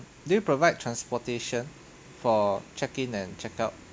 do you provide transportation for check in and check out